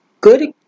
good